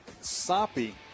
soppy